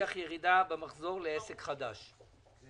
אתם במשרד האוצר צריכים להסביר לנו, לחברי